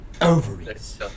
ovaries